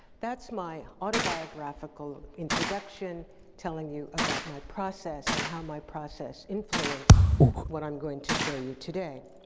that's my autobiographical introduction telling you about my process and how my process influenced what i'm going to show you today.